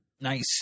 Nice